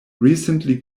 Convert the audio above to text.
recently